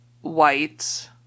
white